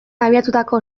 abiatutako